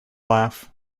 laugh